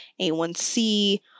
A1C